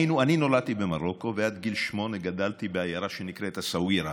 אני נולדתי במרוקו ועד גיל שמונה גדלתי בעיירה שנקראת א-סווירה,